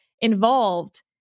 involved